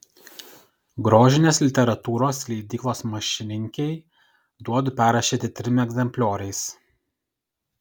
grožinės literatūros leidyklos mašininkei duodu perrašyti trim egzemplioriais